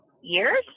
years